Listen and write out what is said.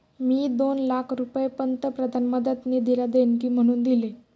मी दोन लाख रुपये पंतप्रधान मदत निधीला देणगी म्हणून दिले